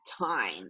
time